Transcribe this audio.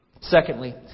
Secondly